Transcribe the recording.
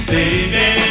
Baby